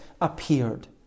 appeared